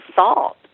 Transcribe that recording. salt